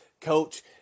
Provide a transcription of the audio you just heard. Coach